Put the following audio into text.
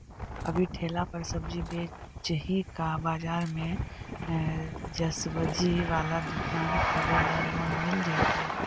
अभी ठेला पर सब्जी बेच ही का बाजार में ज्सबजी बाला दुकान खोले ल लोन मिल जईतै?